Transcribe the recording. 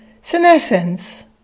senescence